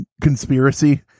conspiracy